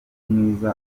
mwiza